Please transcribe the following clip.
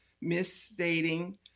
misstating